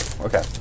Okay